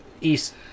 east